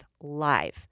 live